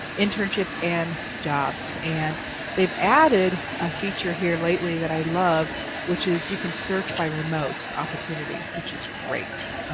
internships and jobs and they've added a feature here, lately, that i love which is, you can search by remote opportunities, which is great.